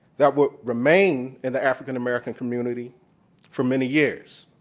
that will remain in the african-american community for many years.